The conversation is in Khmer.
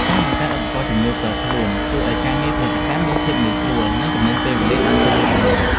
ការបង្កើតឧបករណ៍ជំនួយផ្ទាល់ខ្លួនជួយឱ្យការងារផលិតកម្មមានភាពងាយស្រួល និង ចំណេញពេលវេលាបានច្រើនជាងមុន។